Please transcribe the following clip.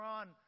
on